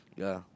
yeah